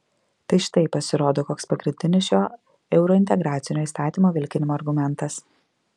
tai štai pasirodo koks pagrindinis šio eurointegracinio įstatymo vilkinimo argumentas